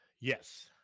Yes